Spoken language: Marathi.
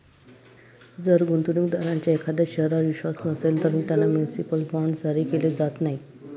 जर गुंतवणूक दारांचा एखाद्या शहरावर विश्वास नसेल, तर त्यांना म्युनिसिपल बॉण्ड्स जारी केले जात नाहीत